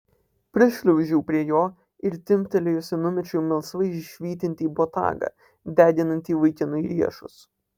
prišliaužiau prie jo ir timptelėjusi numečiau melsvai švytintį botagą deginantį vaikinui riešus